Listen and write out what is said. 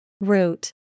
Root